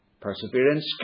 Perseverance